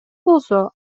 болсо